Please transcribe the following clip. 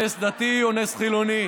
נס דתי או נס חילוני,